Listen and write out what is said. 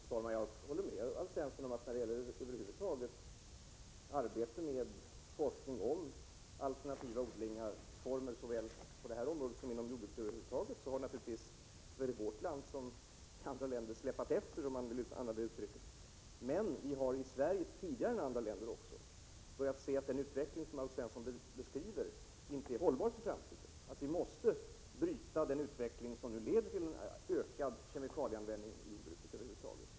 Fru talman! Jag håller med Alf Svensson om, att när det gäller arbete med forskning om alternativa odlingsformer såväl på detta område som inom jordbruket över huvud taget, har andra länder släpat efter Sverige. Sverige har också tidigare än andra länder insett att den utveckling som Alf Svensson beskriver inte är hållbar för framtiden utan att den utveckling som leder till ökad kemikalieanvändning i jordbruket måste brytas.